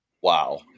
Wow